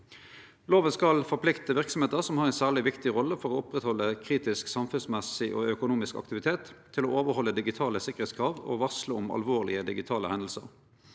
Lova skal forplikte verksemder som har ei særleg viktig rolle i å halde oppe kritisk samfunnsmessig og økonomisk aktivitet, til å overhalde digitale sikkerheitskrav og varsle om alvorlege digitale hendingar.